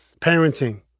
parenting